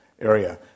area